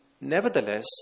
Nevertheless